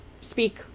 speak